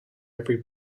every